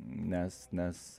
nes nes